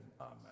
Amen